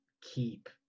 keep